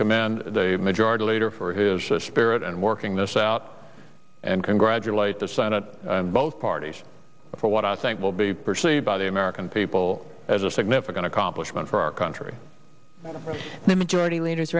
commend the majority leader for his spirit and working this out and congratulate the senate and both parties for what i think will be perceived by the american people as a significant accomplishment for our country the majority leaders